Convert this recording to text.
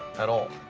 at all.